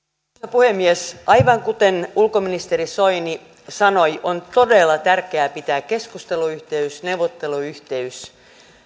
puhemies aivan kuten ulkoministeri soini sanoi on todella tärkeää pitää keskusteluyhteys neuvotteluyhteys